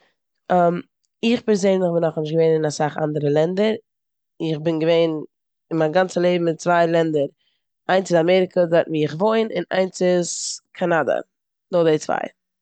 איך פערזענליך בין נאכנישט געווען אין אסאך אנדערע לענדער. איך בין געווען אין מיין גאנצע לעבן אין צוויי לענדער. איינס איז אמעריקע דארטן ווי איך וואוין און איינס קאנאדע. נאר די צוויי.